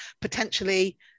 potentially